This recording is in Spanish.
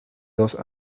dos